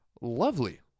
lovely